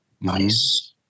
nice